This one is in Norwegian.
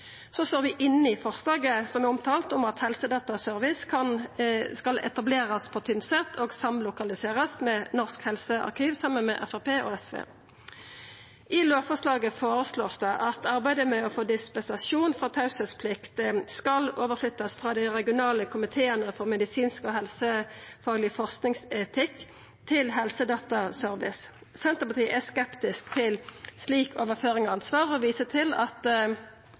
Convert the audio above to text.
Så står vi inne i eit forslag saman med Framstegspartiet og SV, som er omtala, om at Helsedataservice skal etablerast på Tynset og verta samlokalisert med Norsk helsearkiv. I lovforslaget vert det føreslått at arbeidet med å få dispensasjon frå teieplikta skal flyttast over frå dei regionale komiteane for medisinsk og helsefagleg forskingsetikk til Helsedataservice. Senterpartiet er skeptisk til slik overføring av ansvar og viser til at